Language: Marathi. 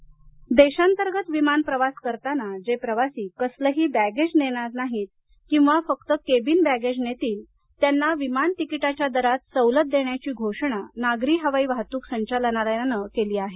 डीजीसीए देशांतर्गत विमांन प्रवास करताना जे प्रवासी कसलंही बॅगेज नेणार नाहीत किंवा फक्त केबिन बॅगेज नेतील त्यांना विमान तिकीटाच्या दरात सवलत देण्याची घोषणा नागरी हवाई वाहतूक संचालनालयानं केली आहे